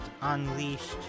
unleashed